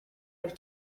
have